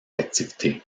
activités